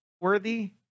worthy